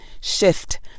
shift